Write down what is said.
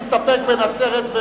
שאם השר יסכים, הוא יסתפק בנצרת ורהט.